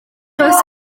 does